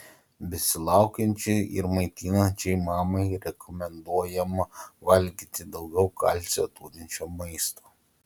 besilaukiančiai ir maitinančiai mamai rekomenduojama valgyti daugiau kalcio turinčio maisto